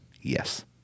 yes